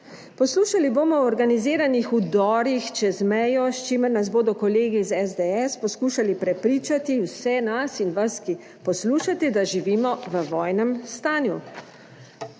Poslušali bomo o organiziranih vdorih čez mejo, s čimer nas bodo kolegi iz SDS poskušali prepričati vse nas in vas, ki poslušate, da živimo v vojnem stanju.